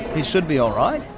he should be all right.